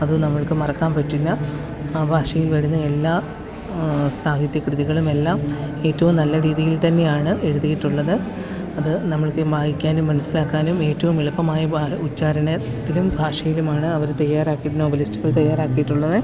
അത് നമ്മള്ക്ക് മറക്കാന് പറ്റില്ല ആ ഭാഷയില് വരുന്ന എല്ലാ സാഹിത്യ കൃതികളുമെല്ലാം ഏറ്റവും നല്ല രീതിയില് തന്നെയാണ് എഴുതിയിട്ടുള്ളത് അത് നമുക്ക് വായിക്കാനും മനസ്സിലാക്കാനും ഏറ്റവും എളുപ്പമായ ഉച്ചാരണത്തിലും ഭാഷയിലുമാണ് അവര് തയ്യാറാക്കിയിട്ട് നോവലിസ്റ്റുകള് തയ്യാറാക്കിയിട്ടുള്ളത്